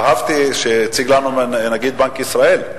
אהבתי איך שהציג את זה נגיד בנק ישראל,